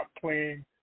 playing